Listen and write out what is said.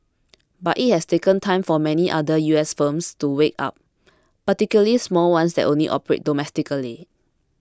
but it has taken time for many other U S firms to wake up particularly small ones that only operate domestically